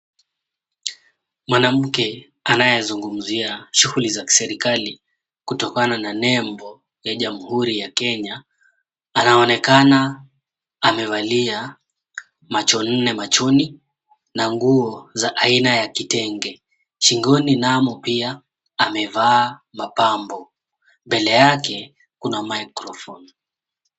Mwanamke anayezungumzia shughuli za kiserikali kutokana na nembo ya Jamhuri ya Kenya, anaonekana amevalia macho nne machoni na nguo za aina ya kitenge. Shingoni namo pia amevaa mapambo. Mbele yake kuna microphone .